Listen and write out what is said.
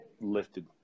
lifted